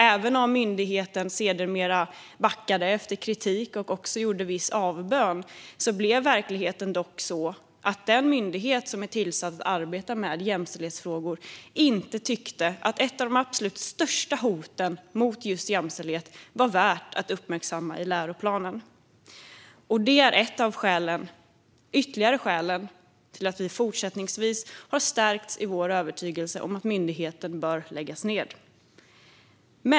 Även om myndigheten sedermera backade efter kritik och också gjorde viss avbön blev verkligheten sådan att den myndighet som är tillsatt för att arbeta med jämställdhetsfrågor inte tyckte att ett av de absolut största hoten mot just jämställdhet var värt att uppmärksamma i läroplanen. Det är ytterligare ett skäl till att vi har stärkts i vår övertygelse att myndigheten bör läggas ned.